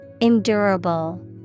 Endurable